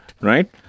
Right